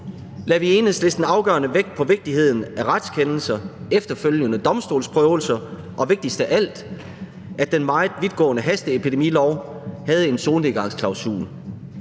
vi i Enhedslisten afgørende vægt på vigtigheden af retskendelser og efterfølgende domstolsprøvelser – og vigtigst af alt, at den meget vidtgående hasteepidemilov havde en solnedgangsklausul.